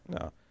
no